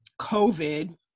COVID